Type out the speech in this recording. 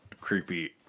creepy